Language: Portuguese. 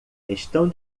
estão